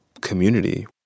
community